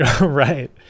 Right